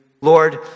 Lord